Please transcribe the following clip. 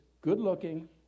good-looking